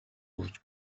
ууж